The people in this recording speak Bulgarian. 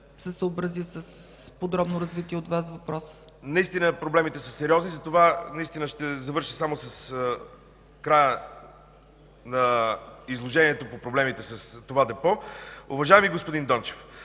се съобрази с подробно развития от Вас въпрос. СЛАВИ БИНЕВ: Наистина проблемите са сериозни, само ще завърша с края на изложението по проблемите с това депо. Уважаеми господин Дончев,